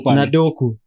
Nadoku